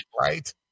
Right